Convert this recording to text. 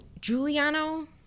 Giuliano